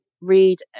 read